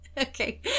okay